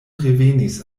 revenis